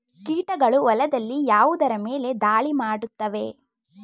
ಕೀಟಗಳು ಹೊಲದಲ್ಲಿ ಯಾವುದರ ಮೇಲೆ ಧಾಳಿ ಮಾಡುತ್ತವೆ?